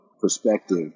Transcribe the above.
perspective